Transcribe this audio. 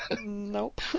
Nope